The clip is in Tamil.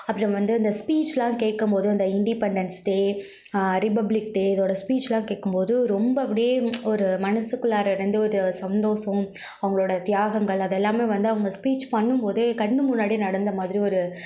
அப்புறம் வந்து இந்த ஸ்பீச்லாம் கேக்கும்போது அந்த இண்டிபெண்டன்ஸ் டே ரிபப்ளிக் டே இதோட ஸ்பீச்லாம் கேட்கும்போது ரொம்ப அப்படியே ஒரு மனசுக்குள்ளார இருந்து ஒரு சந்தோஷம் அவங்ளோட தியாகங்கள் அது எல்லாம் வந்து அவங்க ஸ்பீச் பண்ணும்போது கண் முன்னாடி நடந்த மாதிரி ஒரு